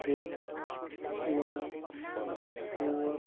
ترٛےٚ نَو ژور